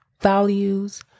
values